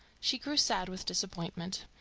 she grew sad with disappointment.